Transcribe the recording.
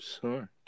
Sure